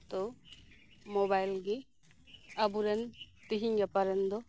ᱛᱚ ᱢᱚᱵᱟᱭᱤᱞ ᱜᱮ ᱟᱵᱚᱨᱮᱱ ᱛᱤᱦᱤᱧ ᱜᱟᱯᱟ ᱨᱮᱱ ᱫᱚ